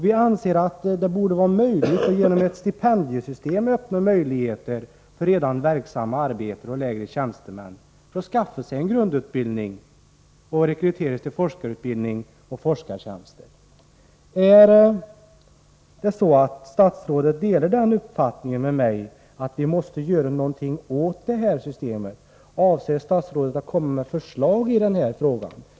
Vi anser att man genom ett stipendiesystem borde öppna möjligheter för yrkesverksamma arbetare och lägre tjänstemän att skaffa sig en grundutbildning och kunna rekryteras till forskarutbildning och forskartjänster. Delar statsrådet den uppfattningen med mig att vi måste göra någonting åt detta system? Avser statsrådet att komma med förslag i denna fråga?